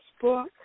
book